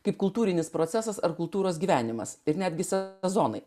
kaip kultūrinis procesas ar kultūros gyvenimas ir netgi visą zoną